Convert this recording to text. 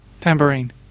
Tambourine